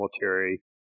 military